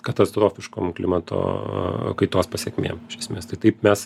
katastrofiškom klimato kaitos pasekmėm iš esmės tai taip mes